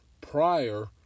prior